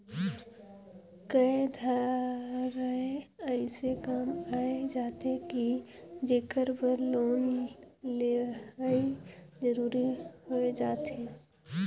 कए धाएर अइसे काम आए जाथे कि जेकर बर लोन लेहई जरूरी होए जाथे